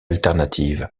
alternative